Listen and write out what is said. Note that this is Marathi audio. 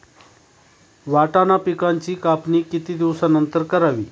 वाटाणा पिकांची कापणी किती दिवसानंतर करावी?